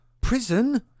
prison